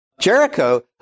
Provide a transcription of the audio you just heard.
Jericho